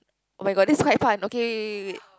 oh-my-god this is quite fun okay okay okay wait